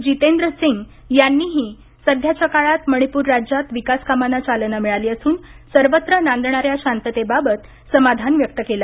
जितेंद्रसिंग यांनीही सध्याच्या काळात मणिपूर राज्यात विकासकामांना चालना मिळाली असून सर्वत्र नांदणाऱ्या शांततेबाबत समाधान व्यक्त केलं